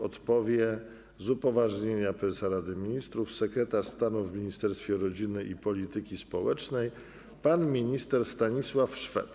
Odpowie, z upoważnienia prezesa Rady Ministrów, sekretarz stanu w Ministerstwie Rodziny i Polityki Społecznej pan minister Stanisław Szwed.